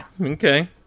Okay